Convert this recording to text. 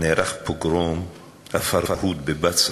נערך פוגרום ה"פרהוד" בבצרה,